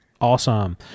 Awesome